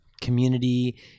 community